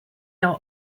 are